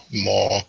more